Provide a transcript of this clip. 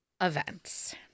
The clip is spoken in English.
events